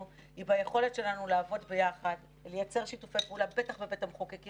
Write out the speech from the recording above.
אורנה, תקנות אוצר, מסלול אדום-ירוק.